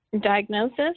diagnosis